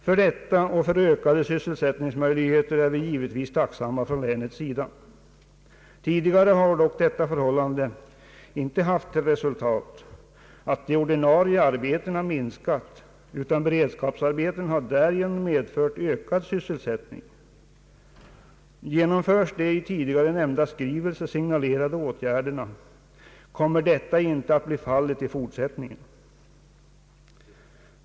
För detta och för ökade sysselsättningsmöjligheter är vi givetvis tacksamma. Tidigare har dock detta förhållande inte haft till resultat att de ordinarie arbetena minskat, utan beredskapsarbetena har medfört ökad sysselsättning. Genomförs de i den tidigare nämnda skrivelsen signalerade åtgärderna, kommer detta inte att bli fallet i fortsättningen.